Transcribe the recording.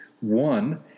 One